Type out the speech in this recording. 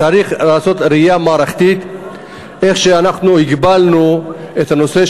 שצריך לבחון בראייה מערכתית איך הגבלנו את הנושא.